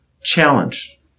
challenge